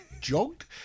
jogged